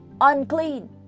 unclean